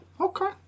Okay